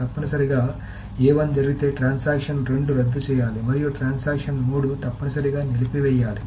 తప్పనిసరిగా జరిగితే ట్రాన్సాక్షన్ రెండు రద్దు చేయాలి మరియు ట్రాన్సాక్షన్ మూడు తప్పనిసరిగా నిలిపివేయాలి